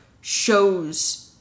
shows